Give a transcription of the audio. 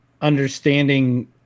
understanding